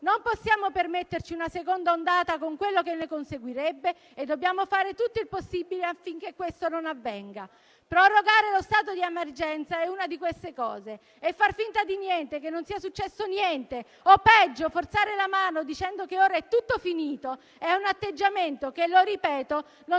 non possiamo permetterci una seconda ondata, con quello che ne conseguirebbe. Dobbiamo fare tutto il possibile affinché questo non avvenga. Prorogare lo stato di emergenza è una di queste cose e far finta di niente, che non sia successo niente o, peggio, forzare la mano dicendo che ora è tutto finito è un atteggiamento che, lo ripeto, non